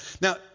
Now